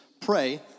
pray